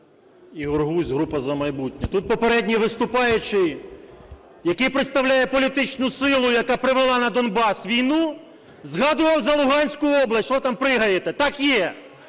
Ігор Гузь, група "За майбутнє". Тут попередній виступаючий, який представляє політичну силу, яка привела на Донбас війну, згадував за Луганську область. (Що ви там пригаєте? Так є!)